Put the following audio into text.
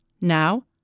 Now